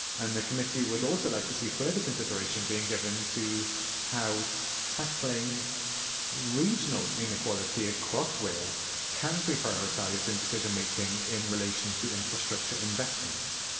and the committee would also like to see further consideration being given to how tackling regional inequality across wales can be prioritised in decision making in relation to infrastructure investment.